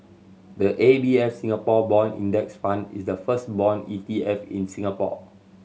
the A B F Singapore Bond Index Fund is the first bond E T F in Singapore